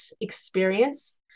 experience